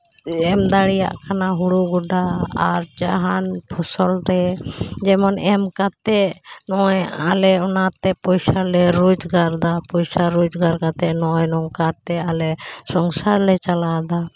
ᱮᱢ ᱫᱟᱲᱮᱭᱟᱜ ᱠᱟᱱᱟ ᱦᱳᱲᱳ ᱜᱚᱰᱟ ᱟᱨ ᱡᱟᱦᱟᱱ ᱯᱷᱚᱥᱚᱞ ᱨᱮ ᱡᱮᱢᱚᱱ ᱮᱢ ᱠᱟᱛᱮ ᱱᱚᱜᱼᱚᱸᱭ ᱟᱞᱮ ᱚᱱᱟᱛᱮ ᱯᱚᱭᱥᱟ ᱞᱮ ᱨᱳᱡᱽᱜᱟᱨ ᱫᱟ ᱯᱚᱭᱥᱟ ᱨᱳᱡᱽᱜᱟᱨ ᱠᱟᱛᱮ ᱱᱚᱜᱼᱚᱸᱭ ᱱᱚᱝᱠᱟ ᱛᱮ ᱟᱞᱮ ᱥᱚᱝᱥᱟᱨ ᱞᱮ ᱪᱟᱞᱟᱣᱮᱫᱟ